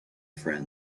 friends